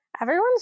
everyone's